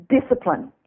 Discipline